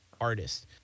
artist